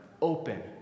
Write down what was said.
open